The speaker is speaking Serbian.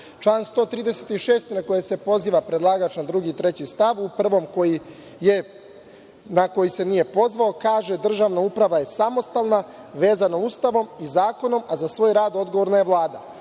Član 136, na koji se poziva predlagač na 2. i 3. stav, u 1. stavu, na koji se nije pozvao, kaže: „Državna uprava je samostalna, vezana Ustavom i zakonom, a za svoj rad odgovorna je Vlada“;